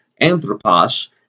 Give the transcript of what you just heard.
anthropos